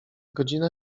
godzina